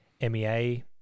MEA